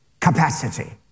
capacity